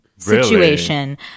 situation